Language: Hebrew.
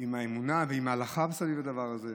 עם האמונה ועם ההלכה מסביב לדבר הזה.